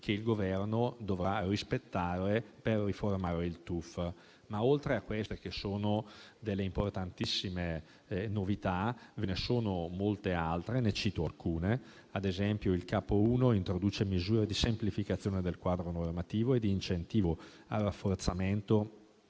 che il Governo dovrà rispettare per riformare il TUF. Oltre a queste, che sono delle importantissime novità, ve ne sono molte altre. Ne cito alcune: ad esempio, il capo I introduce misure di semplificazione del quadro normativo e di incentivo al rafforzamento